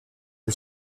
des